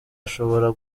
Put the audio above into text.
ashobora